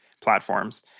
platforms